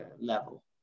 level